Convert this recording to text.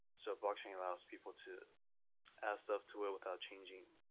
so blockchain allows people to add stuff to it without changing